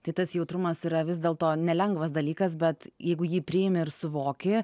tai tas jautrumas yra vis dėl to nelengvas dalykas bet jeigu jį priimi ir suvoki